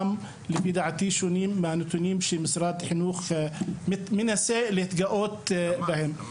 לפי דעתי שונים מהנתונים שמשרד החינוך מנסה להתגאות בהם.